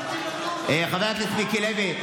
חבר הכנסת מיקי לוי,